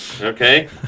okay